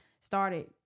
started